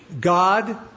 God